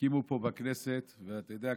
הקימו פה בכנסת ואתה יודע,